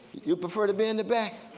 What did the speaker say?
you prefer to be in the back?